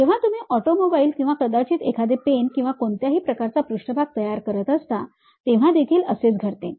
जेव्हा तुम्ही ऑटोमोबाईल किंवा कदाचित एखादे पेन किंवा कोणत्याही प्रकारचा पृष्ठभाग तयार करत असता तेव्हा देखील असेच घडते